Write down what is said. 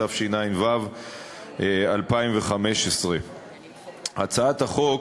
התשע"ו 2015. הצעת החוק